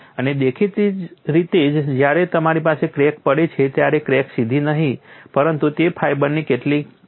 અને દેખીતી રીતે જ જ્યારે તમારી પાસે ક્રેક પડે છે ત્યારે ક્રેક સીધી નહીં પરંતુ તે ફાઇબરની સાથે ફેલાશે